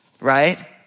right